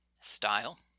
Style